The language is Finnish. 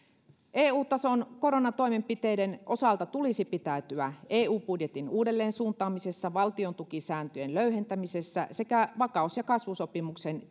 eu tason koronatoimenpiteiden osalta tulisi pitäytyä eu budjetin uudelleensuuntaamisessa valtiontukisääntöjen löyhentämisessä sekä vakaus ja kasvusopimuksen